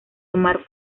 omar